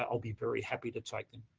um i'll be very happy to take them.